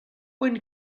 when